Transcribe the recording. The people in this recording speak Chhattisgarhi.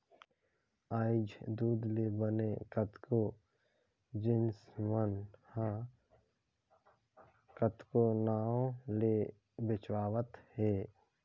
आयज दूद ले बने कतको जिनिस मन ह कतको नांव ले बेंचावत हे